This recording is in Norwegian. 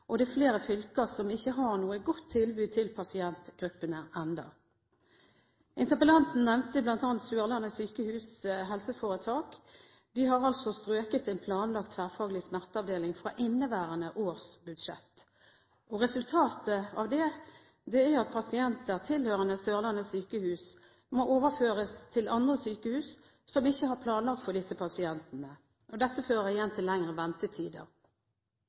landet. Det er flere fylker som ikke har noe godt tilbud til pasientgruppene ennå. Interpellanten nevnte bl.a. Sørlandet sykehus HF. De har strøket en planlagt tverrfaglig smerteavdeling fra inneværende års budsjett. Resultatet av det er at pasienter tilhørende Sørlandet sykehus må overføres til andre sykehus, som ikke har planlagt for disse pasientene. Dette fører igjen til lengre ventetider.